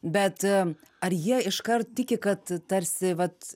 bet ar jie iškart tiki kad tarsi vat